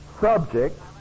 subject